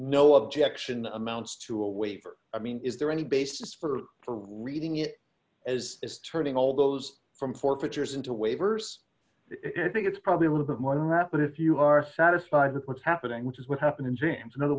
no objection amounts to a waiver i mean is there any basis for or for reading it as turning all those from forfeitures into waivers i think it's probably a little bit more than that but if you are satisfied with what's happening which is what happened in jams in other